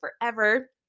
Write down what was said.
forever